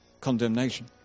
condemnation